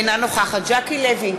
אינה נוכחת ז'קי לוי,